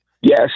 Yes